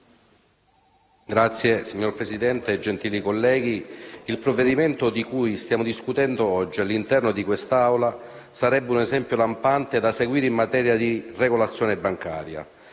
MPL))*. Signor Presidente, gentili colleghi, il provvedimento di cui stiamo discutendo oggi all'interno di quest'Aula sarebbe un esempio lampante da seguire in materia di regolazione bancaria.